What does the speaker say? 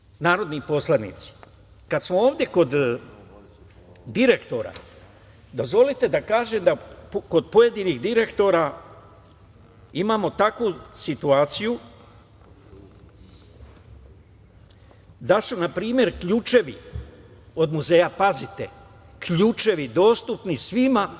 Poštovani narodni poslanici, kad smo ovde kod direktora, dozvolite da kažem da kod pojedinih direktora imamo takvu situaciju da su, na primer, ključevi od muzeja, pazite, ključevi, dostupni svima.